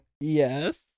Yes